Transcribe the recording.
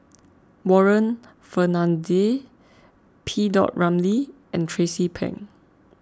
Warren Fernandez P Dot Ramlee and Tracie Pang